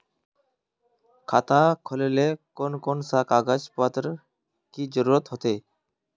खाता खोलेले कौन कौन सा कागज पत्र की जरूरत होते?